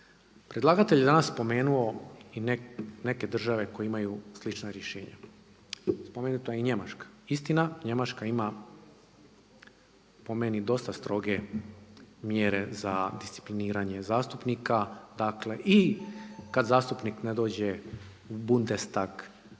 Predlagatelj je danas spomenu i neke države koje imaju slična rješenja. Spomenuta je i Njemačka, istina Njemačka ima po meni dosta stroge mjere za discipliniranje zastupnika, dakle i kad zastupnik ne dođe u Bundestag